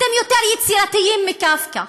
אתם יותר יצירתיים מקפקא,